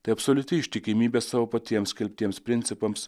tai absoliuti ištikimybė sau patiems skelbtiems principams